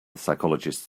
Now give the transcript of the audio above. psychologist